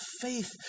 faith